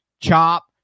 chop